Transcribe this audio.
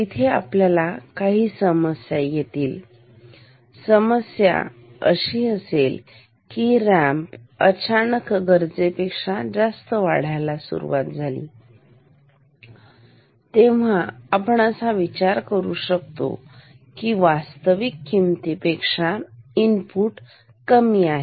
तिथे आपल्याला काही समस्या येतील समस्या अशी असेल कि रॅम्प हा अचानक गरजेपेक्षा जास्त वाढायला सुरुवात झाली तेव्हा आपण असा विचार करू शकतो की वास्तविक किमती पेक्षा इनपुट कमी आहे